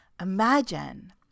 Imagine